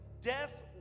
Death